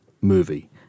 movie